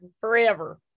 forever